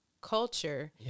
culture